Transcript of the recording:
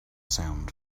sound